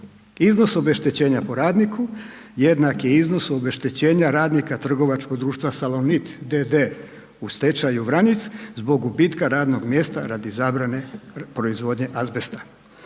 Iznos obeštećenja po radniku jednak je iznosu obeštećenja radnika trgovačkog društva Salonit d.d. u stečaju Vranjic, zbog gubitka radnog mjesta radi zabrane proizvodnje azbesta.